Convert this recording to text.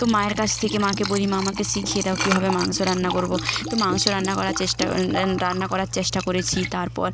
তো মায়ের কাছ থেকে মাকে বলি মা আমাকে শিখিয়ে দাও কীভাবে মাংস রান্না করবো তো মাংস রান্না করার চেষ্টা রান্না করার চেষ্টা করেছি তারপর